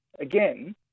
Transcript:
again